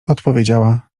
odpowiedziała